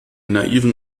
naiven